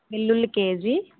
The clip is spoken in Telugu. వెల్లుల్లి కేజీ